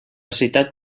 ciutat